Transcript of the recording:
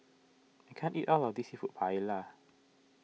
I can't eat all of this Seafood Paella